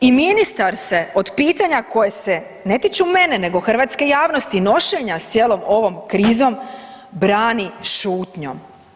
I ministar se od pitanja koje se ne tiču mene nego hrvatske javnosti, nošenja s cijelom ovom krizom brani šutnjom.